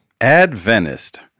Adventist